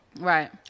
Right